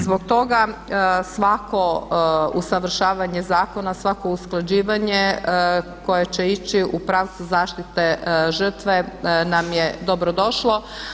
Zbog toga svako usavršavanje zakona, svako usklađivanje koje će ići u pravcu zaštite žrtve nam je dobrodošlo.